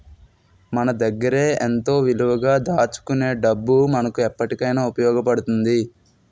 మన దగ్గరే ఎంతో విలువగా దాచుకునే డబ్బు మనకు ఎప్పటికైన ఉపయోగపడుతుంది